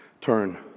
turn